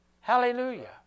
Hallelujah